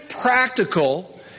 practical